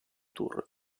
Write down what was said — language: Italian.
tour